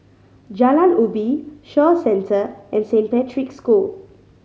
Jalan Ubi Shaw Centre and Saint Patrick's School